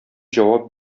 җавап